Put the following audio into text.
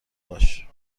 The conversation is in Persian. باش